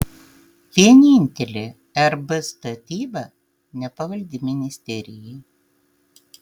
vienintelė rb statyba nepavaldi ministerijai